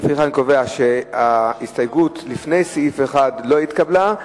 לפיכך אני קובע שההסתייגות לפני סעיף 1 לא התקבלה.